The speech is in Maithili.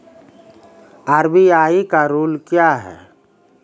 आर.बी.आई का रुल क्या हैं?